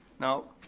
now,